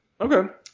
Okay